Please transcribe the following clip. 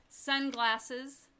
Sunglasses